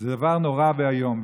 זה דבר נורא ואיום,